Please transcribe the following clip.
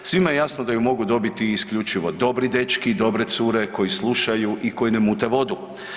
Svima je jasno da ju mogu dobiti isključivo dobri dečki, dobre cure, koji slušaju i koji ne mute vodu.